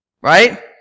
Right